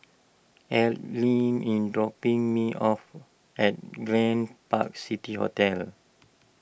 Adline in dropping me off at Grand Park City hotel